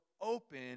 open